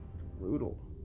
Brutal